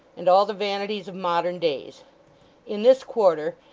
and all the vanities of modern days in this quarter,